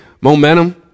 momentum